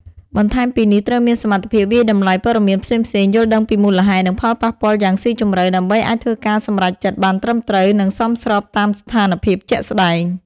បន្ថែមពីនេះត្រូវមានសមត្ថភាពវាយតម្លៃព័ត៌មានផ្សេងៗយល់ដឹងពីមូលហេតុ និងផលប៉ះពាល់យ៉ាងស៊ីជម្រៅដើម្បីអាចធ្វើការសម្រេចចិត្តបានត្រឹមត្រូវ និងសមស្របតាមស្ថានភាពជាក់ស្តែង។